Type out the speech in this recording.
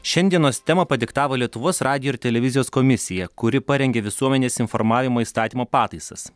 šiandienos temą padiktavo lietuvos radijo ir televizijos komisija kuri parengė visuomenės informavimo įstatymo pataisas